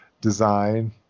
design